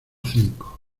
cinco